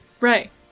Right